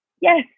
Yes